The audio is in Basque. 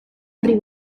horri